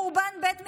חורבן בית המקדש,